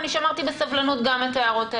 שמרתי בסבלנות גם את ההערות האלה.